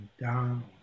down